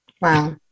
Wow